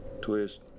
Twist